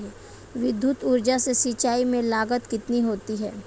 विद्युत ऊर्जा से सिंचाई में लागत कितनी होती है?